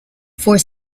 for